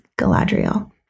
Galadriel